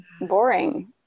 boring